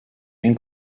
den